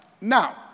Now